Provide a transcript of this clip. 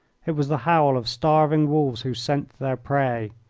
it was the howl of starving wolves who scent their prey.